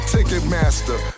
Ticketmaster